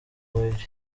buriri